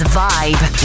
vibe